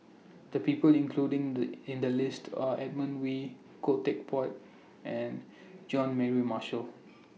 The People including The in The list Are Edmund Wee Khoo Teck Puat and John Mary Marshall